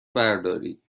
بردارید